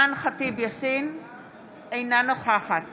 אינה נוכחת